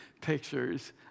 pictures